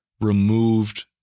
removed